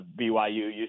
BYU